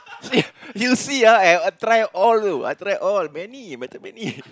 see you'll see ah I try all you know I try all many macam many